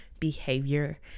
Behavior